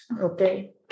Okay